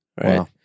right